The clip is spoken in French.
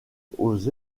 aux